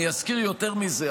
אני אזכיר יותר מזה,